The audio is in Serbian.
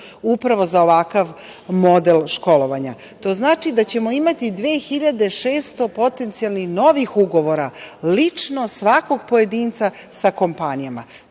upravo za ovakav model školovanja. To znači da ćemo imati 2.600 potencijalno novih ugovora, lično, svakog pojedinca sa kompanijama.